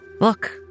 Look